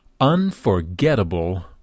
Unforgettable